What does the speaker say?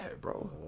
bro